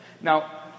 Now